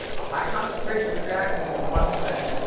a high concentration of the reactant is one thing.